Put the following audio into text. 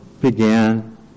began